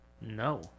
No